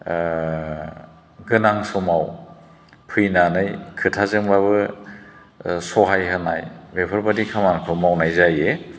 गोनां समाव फैनानै खोथाजोंबाबो सहाय होनाय बेफोरबायदि खामानिखौ मावनाय जायो